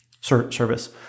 Service